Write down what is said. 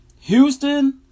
Houston